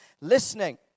listening